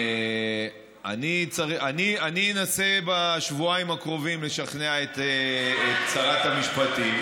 אני אנסה בשבועיים הקרובים לשכנע את שרת המשפטים.